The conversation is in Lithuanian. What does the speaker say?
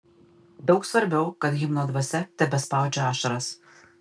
daug svarbiau kad himno dvasia tebespaudžia ašaras